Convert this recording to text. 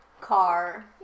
car